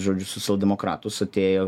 žodžiu socialdemokratus atėjo